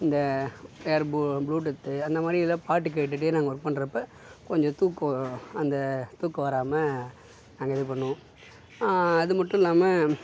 இந்த earbud bluetooth அந்த மாதிரி எதாவது பாட்டு கேட்டுகிட்டே நம்ம ஒர்க் பண்றப்போ கொஞ்சம் தூக்கோம் வரும் அந்த தூக்கோம் வராம அந்த மாதிரி பண்ணுவோம் அது மட்டும் இல்லாம